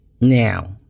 Now